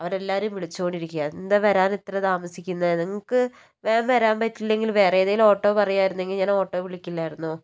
അവരെല്ലാവരും വിളിച്ചു കൊണ്ടിരിക്കുകയാണ് എന്താ വരാനിത്രയും താമസിക്കുന്നത് നിങ്ങൾക്ക് വേഗം വരാന് പറ്റില്ലെങ്കില് വേറെ ഏതെങ്കിലും ഓട്ടോ പറയുവാരുന്നെങ്കിൽ ഞാന് ഓട്ടോ വിളിക്കില്ലായിരുന്നോ